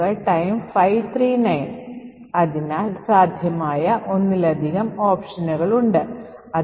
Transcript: അത്തരം സന്ദർഭങ്ങളിൽ നിങ്ങൾ f stack protector കംപൈലേഷൻ സമയത്ത് ഒരു ഓപ്ഷനായി ഇടണം